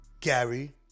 Gary